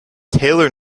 taylor